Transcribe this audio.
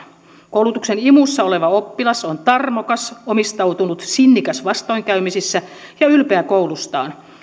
koulutuksen imussa oleva oppilas on tarmokas omistautunut sinnikäs vastoinkäymisissä ja ylpeä koulustaan